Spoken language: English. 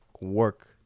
work